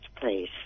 please